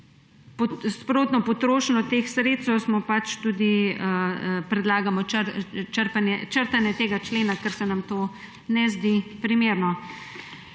še sprotno potrošnjo teh sredstev, smo pač tudi predlagamo črtanje tega člena, ker se nam to ne zdi primerno.